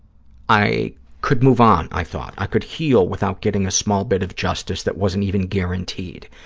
i could move on, i thought i could heal without getting a small bit of justice that wasn't even guaranteed.